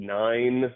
nine